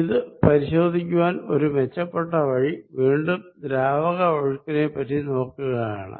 ഇത് പരിശോധിക്കുവാൻ ഒരു മെച്ചപ്പെട്ട വഴി വീണ്ടും ദ്രാവക ഒഴുക്കിനെ പറ്റി നോക്കുകയാണ്